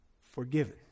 forgiven